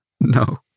no